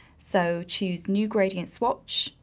so choose new gradient swatch,